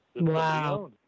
Wow